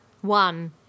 One